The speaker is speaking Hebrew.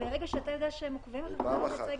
--- ברגע שאתה יודע שעוקבים אחריך לא תצא.